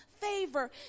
favor